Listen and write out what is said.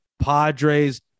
Padres